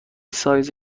سایز